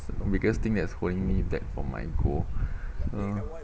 the biggest thing that is holding me back from my goal uh